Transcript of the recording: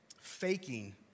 faking